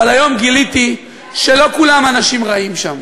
אבל היום גיליתי שלא כולם אנשים רעים שם,